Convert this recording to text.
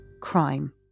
crime